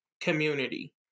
community